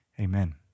amen